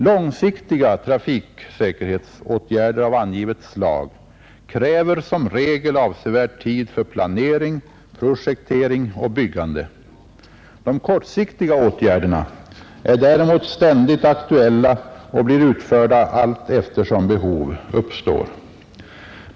Långsiktiga trafiksäkerhetsåtgärder av angivet slag kräver som regel avsevärd tid för planering, projektering och byggande. De kortsiktiga åtgärderna är däremot ständigt aktuella och blir utförda allteftersom behov uppstår.